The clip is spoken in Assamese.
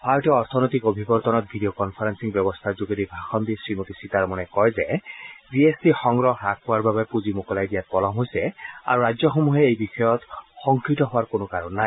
ভাৰতীয় অৰ্থনৈতিক অভিৱৰ্তনত ভিডিঅ কনফাৰেলিং ব্যৱস্থাৰ যোগেদি ভাষণ দি শ্ৰীমতী সীতাৰমনে কয় যে জি এছ টি সংগ্ৰহ হাস পোৱাৰ বাবে পুঁজি মোকলাই দিয়াত পলম হৈছে আৰু ৰাজ্যসমূহে এই বিষয়ত শংকিত হোৱাৰ কোনো কাৰণ নাই